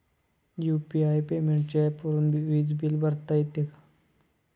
UPI पेमेंटच्या ऍपवरुन वीज बिल भरता येते का?